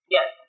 Yes